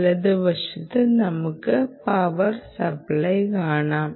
ഇടതുവശത്ത് നമ്മർക്ക് power supply കാണാം